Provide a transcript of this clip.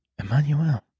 emmanuel